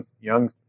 young